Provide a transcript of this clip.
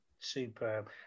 Superb